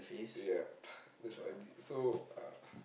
yup that's what I did so uh